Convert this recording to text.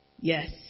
yes